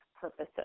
purposes